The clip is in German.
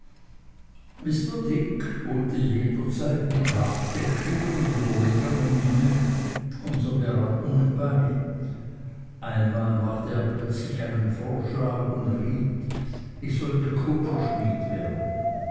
mr dick wohnte jederzeit mit nachdenklicher und überlegener miene unseren beratungen bei einmal machte er plötzlich einen vorschlag und riet ich sollte kupferschmied werden